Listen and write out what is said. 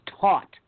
taught